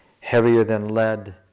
heavier-than-lead